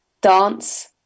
dance